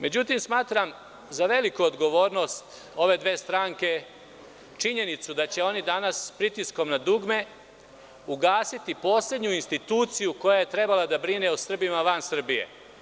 Međutim, smatram za veliku odgovornost ove dve stranke činjenicu da će oni danas pritiskom na dugme ugasiti i poslednju instituciju koja je trebalo da brine o Srbima van Srbije.